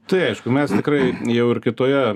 tai aišku mes tikrai jau ir kitoje